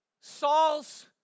Saul's